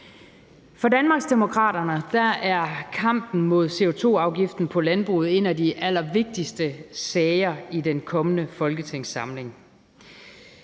For Danmarksdemokraterne er kampen mod CO2-afgiften på landbruget en af de allervigtigste sager i den kommende folketingssamling.